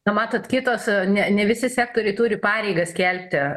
na matot kitos ne ne visi sektoriai turi pareigą skelbti